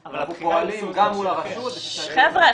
אנחנו פועלים גם מול הרשות ו --- חבר'ה,